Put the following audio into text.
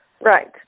Right